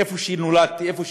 שנולדתי בו,